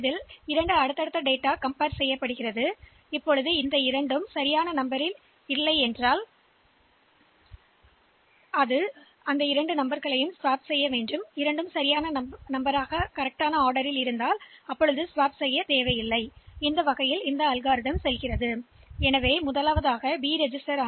எனவே அடுத்தடுத்த 2 எண்களை ஒப்பிட்டுப் பார்க்கிறோம் அவை அந்த 2 எண்களின் வரிசையை மாற்றும் வரிசையில் இல்லாவிட்டால் அதாவது அவை சரியான வரிசையில் இருந்தால் நாங்கள் அவற்றை மாற்ற மாட்டோம் மேலும் இந்த செயல்முறை சாத்தியமான அனைத்து ஜோடி எண்களுக்கும் மீண்டும் மீண்டும் செய்யப்படுகிறது இது நாம் பின்பற்றும் வழிமுறை